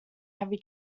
heavy